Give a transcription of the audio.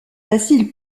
facile